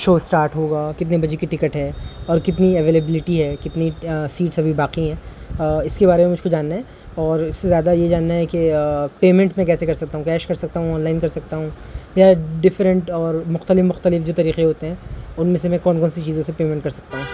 شو start ہوگا کتنے بجے کی ٹکٹ ہے اور کتنی اویلیبلٹی ہے کتنی سیٹس ابھی باقی ہیں اس کے بارے میں مجھ کو جاننا ہے اور اس سے زیادہ یہ جاننا ہے کہ پیمنٹ میں کیسے کر سکتا ہوں کیش کر سکتا ہوں آن لائن کر سکتا ہوں یا ڈفرینٹ اور مختلف مختلف جو طریقے ہوتے ہیں ان میں سے میں کون کون سی چیزوں سے پیمنٹ کر سکتا ہوں